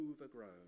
overgrown